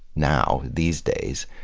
now. these days.